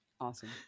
Awesome